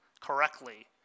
correctly